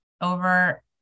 over